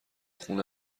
خونه